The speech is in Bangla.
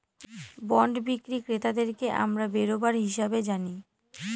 বন্ড বিক্রি ক্রেতাদেরকে আমরা বেরোবার হিসাবে জানি